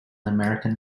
american